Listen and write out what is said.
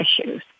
issues